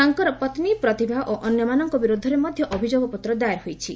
ତାଙ୍କର ପତ୍ନୀ ପ୍ରତିଭା ଓ ଅନ୍ୟମାନଙ୍କ ବିରୁଦ୍ଧରେ ମଧ୍ୟ ଅଭିଯୋଗ ପତ୍ର ଦାଏର ହୋଇଛି